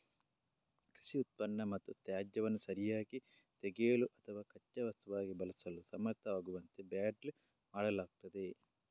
ಕೃಷಿ ಉತ್ಪನ್ನ ಮತ್ತು ತ್ಯಾಜ್ಯವನ್ನು ಸರಿಯಾಗಿ ತೆಗೆಯಲು ಅಥವಾ ಕಚ್ಚಾ ವಸ್ತುವಾಗಿ ಬಳಸಲು ಸಮರ್ಥವಾಗುವಂತೆ ಬ್ಯಾಲ್ಡ್ ಮಾಡಲಾಗುತ್ತದೆ